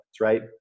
right